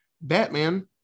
batman